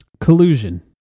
collusion